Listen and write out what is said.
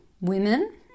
women